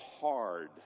hard